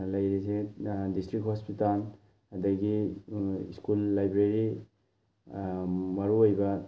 ꯂꯩꯔꯤꯁꯦ district hospital ꯑꯗꯒꯤ school library ꯃꯔꯨꯑꯣꯏꯕ